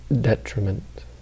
detriment